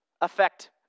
affect